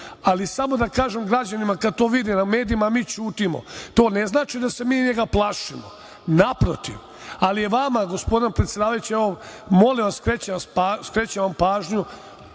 Srbija. Samo da kažem građanima kada to vide u medijima, a mi ćutimo. To ne znači da se mi njega plašimo. Naprotiv. Ali je vama gospođo predsedavajuća, molim vas, skrećem vam pažnju.